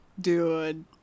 dude